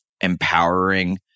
empowering